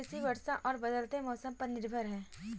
कृषि वर्षा और बदलते मौसम पर निर्भर है